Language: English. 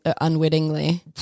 unwittingly